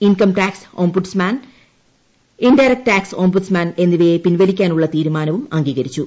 income tax ombudsman indirect tax ombudsman എന്നിവയെ പിൻവലിക്കാനുള്ള തീരുമാനവും അംഗീകരിച്ചു